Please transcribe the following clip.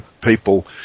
people